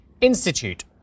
Institute